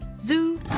Zoo